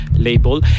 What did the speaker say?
label